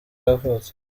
yavutse